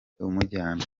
umujyana